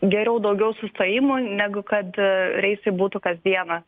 geriau daugiau sustojimų negu kad reisai būtų kas dieną